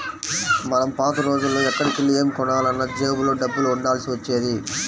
మనం పాత రోజుల్లో ఎక్కడికెళ్ళి ఏమి కొనాలన్నా జేబులో డబ్బులు ఉండాల్సి వచ్చేది